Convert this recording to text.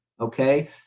okay